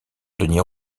denis